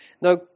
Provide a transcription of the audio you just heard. Now